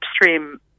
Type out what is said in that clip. upstream